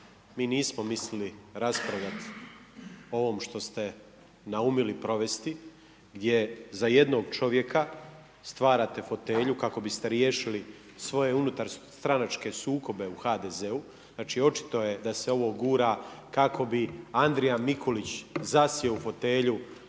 mi nismo mislili raspravljati o ovome što ste naumili provesti gdje za jednog čovjeka stvarate fotelju kako biste riješili svoje unutarstranačke sukobe u HDZ-u. Znači očito je da se ovo gura kako bi Andrija Mikulić zasjeo u fotelju